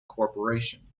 corporation